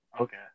Okay